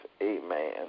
Amen